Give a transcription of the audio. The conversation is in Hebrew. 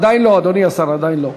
עדיין לא, אדוני השר, עדיין לא.